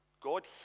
God